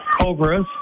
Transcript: cobras